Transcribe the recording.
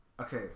okay